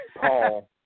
Paul